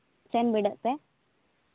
ᱥᱮᱱ ᱵᱤᱰᱟᱹᱜ ᱯᱮ